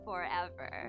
forever